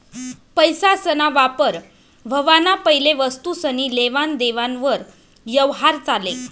पैसासना वापर व्हवाना पैले वस्तुसनी लेवान देवान वर यवहार चाले